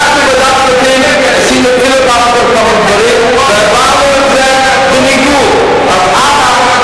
ואנחנו בוועדת הכספים עשינו פיליבסטר לכמה דברים ובאנו עם זה בניגוד לה.